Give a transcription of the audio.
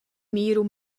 míru